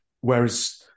Whereas